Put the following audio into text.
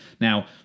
Now